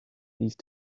these